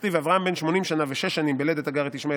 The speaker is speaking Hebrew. "דכתיב 'ואברם בן שמונים שנה ושש שנים בלדת הגר את ישמעאל